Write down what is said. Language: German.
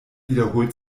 wiederholt